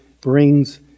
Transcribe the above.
brings